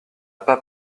pas